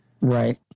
Right